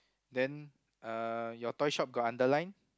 then uh your toy shop got underline